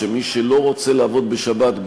שמי שלא רוצה לעבוד בשבת,